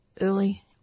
early